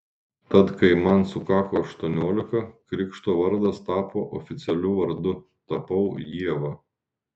tad kai man sukako aštuoniolika krikšto vardas tapo oficialiu vardu tapau ieva